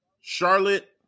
Charlotte